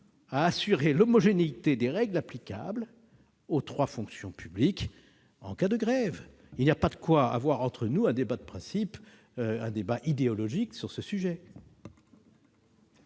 à assurer l'homogénéité des règles applicables aux trois fonctions publiques en cas de grève. Il n'y a pas de quoi tenir un débat de principe ou idéologique sur ce sujet.